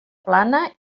plana